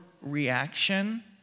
reaction